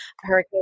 Hurricane